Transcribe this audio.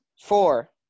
Four